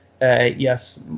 yes